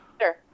Sure